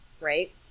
right